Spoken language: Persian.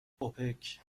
اوپک